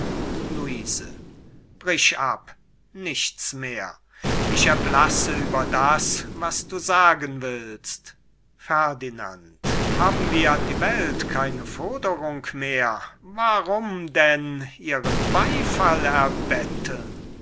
luise brich ab nichts mehr ich erblasse über das was du sagen willst ferdinand haben wir an die welt keine forderung mehr warum denn ihren beifall erbetteln